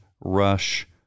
Rush